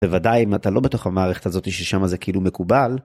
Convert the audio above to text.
ובוודאי אם אתה לא בתוך המערכת הזאתי ששם זה כאילו מקובל.